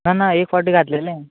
ना ना एक फाटी घातलेले